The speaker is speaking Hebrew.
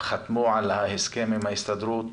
הם חתמו על ההסכם עם ההסתדרות,